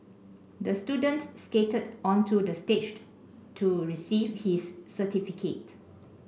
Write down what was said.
the student skated onto the staged to receive his certificate